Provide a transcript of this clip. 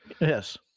Yes